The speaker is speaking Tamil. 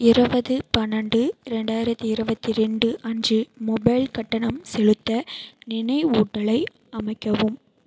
இருபது பன்னெண்டு ரெண்டாயிரத்து இருபத்தி ரெண்டு அன்று மொபைல் கட்டணம் செலுத்த நினைவூட்டலை அமைக்கவும்